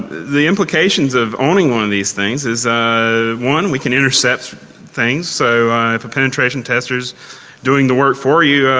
the implications of owning one of these things is one, we can intercept things. so if penetration tester is doing the work for you,